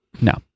No